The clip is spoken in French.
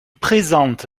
présente